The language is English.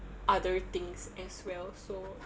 other things as well so